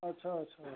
अच्छा अच्छा